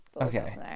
okay